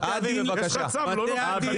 בתי הדין --- יש לך צו לא לשבות.